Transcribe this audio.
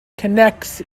connects